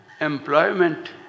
employment